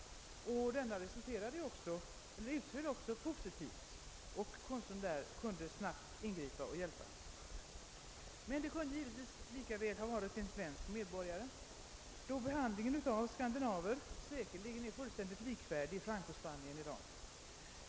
Den utföll också positivt, och konsuln på platsen kunde snabbt ingripa och hjälpa. Det kunde emellertid lika gärna ha varit en svensk medborgare, eftersom skandinaver i Francospanien säkerligen behandlas på likvärdigt sätt.